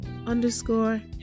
underscore